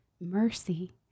mercy